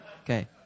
Okay